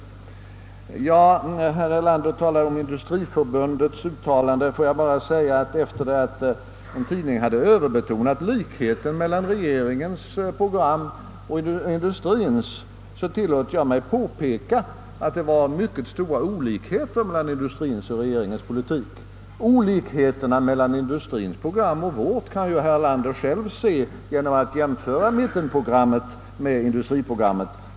Herr Erlander talar om Industriförbundets uttalande. Låt mig svara. När en tidning överbetonar likheten mellan regeringens program och industriens, tillåter jag mig påpeka att det var mycket stora olikheter mellan industriens förslag och regeringens politik. Olikheterna mellan industriens program och vårt kan ju herr Erlander själv konstatera genom att jämföra mittenprogrammet med industriprogrammet.